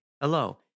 hello